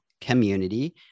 Community